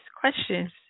questions